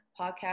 podcast